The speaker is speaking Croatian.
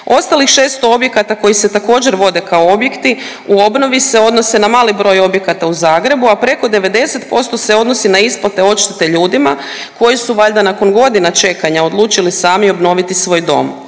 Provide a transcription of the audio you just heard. Ostalih 6 objekata koji se također vode kao objekti u obnovi se odnose na mali broj objekata u Zagrebu, a preko 90% se odnosi na isplate odštete ljudima koji su valjda nakon godina čekanja odlučili sami obnoviti svoj dom.